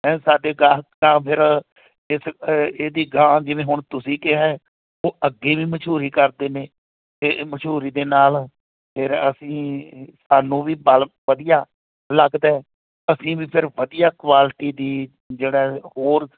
ਹੈ ਸਾਡੇ ਗਾਹਕ ਤਾਂ ਫਿਰ ਇਸ ਅ ਇਹਦੀ ਅਗਾਂਹ ਜਿਵੇਂ ਹੁਣ ਤੁਸੀਂ ਕਿਹਾ ਉਹ ਅੱਗੇ ਵੀ ਮਸ਼ਹੂਰੀ ਕਰਦੇ ਨੇ ਇਹ ਮਸ਼ਹੂਰੀ ਦੇ ਨਾਲ ਫਿਰ ਅਸੀਂ ਸਾਨੂੰ ਵੀ ਬਲ ਵਧੀਆ ਲੱਗਦਾ ਅਸੀਂ ਵੀ ਫਿਰ ਵਧੀਆ ਕੁਆਲਟੀ ਦੀ ਜਿਹੜਾ ਹੋਰ